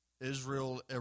Israel